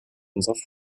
unserer